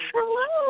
Hello